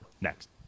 next